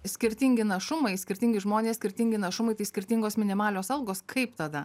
skirtingi našumai skirtingi žmonės skirtingi našumai tai skirtingos minimalios algos kaip tada